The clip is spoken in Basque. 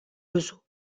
duzu